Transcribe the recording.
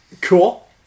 Cool